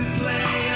play